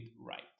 right